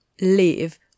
live